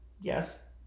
yes